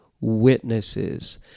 witnesses